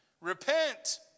repent